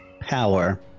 power